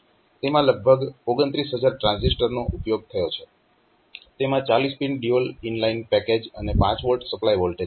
તેમાં લગભગ 29000 ટ્રાન્ઝિસ્ટરનો ઉપયોગ થયો છે તેમાં 40 pin dual in line package અને 5 V સપ્લાય વોલ્ટેજ છે